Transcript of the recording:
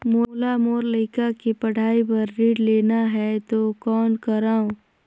मोला मोर लइका के पढ़ाई बर ऋण लेना है तो कौन करव?